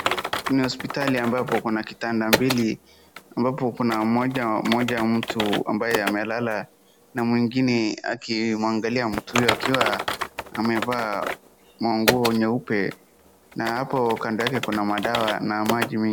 Ni hospitali ambapo kuna kitanda mbili ambapo kuna mmoja mtu ambaye amelala na mwingine akimwangalia mtu huyo akiwa amevaa manguo nyeupe na hapo kando yake kuna madawa na maji mingi